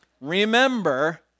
Remember